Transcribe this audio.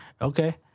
Okay